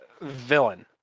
villain